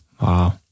Wow